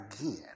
again